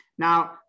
Now